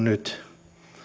nyt